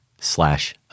slash